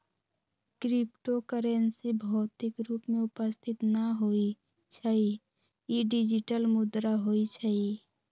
crypto currency भौतिक रूप में उपस्थित न होइ छइ इ डिजिटल मुद्रा होइ छइ